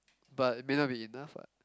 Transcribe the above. but may not be enough [what]